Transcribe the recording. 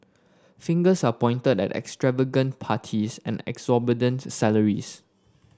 fingers are pointed at extravagant parties and exorbitant salaries